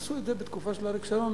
עשו את זה בתקופה של אריק שרון,